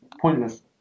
Pointless